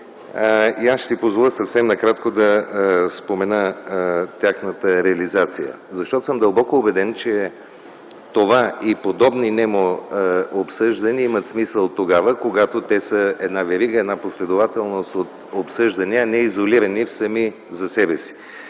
и ще си позволя съвсем накратко да споделя тяхната реализация. Защото съм дълбоко убеден, че имат смисъл тогава, когато те са една верига, една последователност от обсъждания, но изолирани сами за себе си.